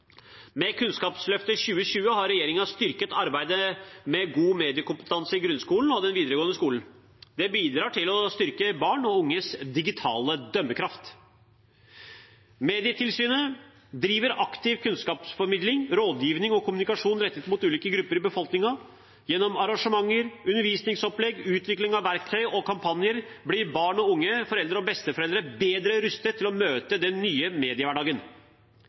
Med Kunnskapsløftet 2020 har regjeringen styrket arbeidet med god mediekompetanse i grunnskolen og den videregående skolen. Det bidrar til å styrke barn og unges digitale dømmekraft. Medietilsynet driver aktiv kunnskapsformidling, rådgiving og kommunikasjon rettet mot ulike grupper i befolkningen. Gjennom arrangementer, undervisningsopplegg, utvikling av verktøy og kampanjer blir barn og unge, foreldre og besteforeldre bedre rustet til å møte den nye mediehverdagen.